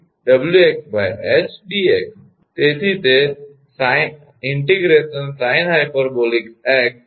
તેથી તે ∫sinh𝑥𝑑𝑥 cosh𝑥